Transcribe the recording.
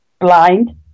blind